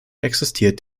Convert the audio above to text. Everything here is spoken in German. existiert